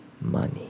money